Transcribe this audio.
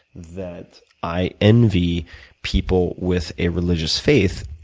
that i envy people with a religious faith